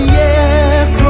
yes